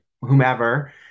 whomever